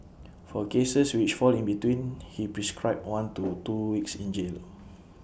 for cases which fall in between he prescribed one to two weeks in jail